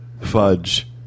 fudge